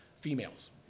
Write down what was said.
Females